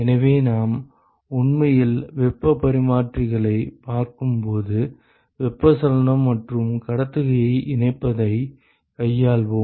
எனவே நாம் உண்மையில் வெப்பப் பரிமாற்றிகளைப் பார்க்கும்போது வெப்பச்சலனம் மற்றும் கடத்துகையை இணைப்பதைக் கையாள்வோம்